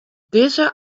dizze